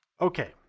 Okay